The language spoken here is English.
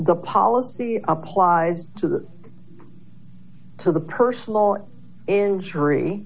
the policy applies to the to the personal injury